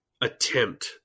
attempt